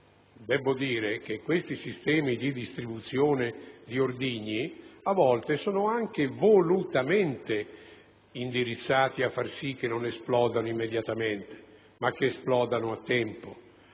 debbo dire che questi sistemi di distribuzione di ordigni, a volte, sono anche volutamente indirizzati a far sì che non esplodano immediatamente, ma che esplodano a tempo